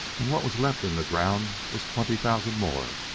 and what was left in the ground was twenty thousand more.